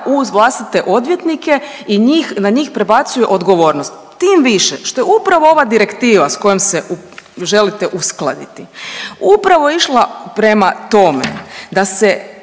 u vlastite odvjetnike i na njih prebacuje odgovornost. Tim više što je upravo ova direktiva s kojom se želite uskladiti upravo išla prema tome da se